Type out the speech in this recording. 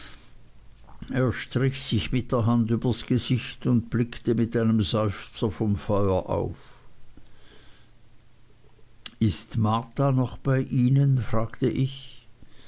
strich sich mit der hand übers gesicht und blickte mit einem seufzer vom feuer auf ist marta noch bei ihnen fragte ich